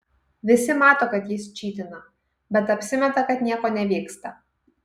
visi mato kad jis čytina bet apsimeta kad nieko nevyksta